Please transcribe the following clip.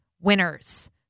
winners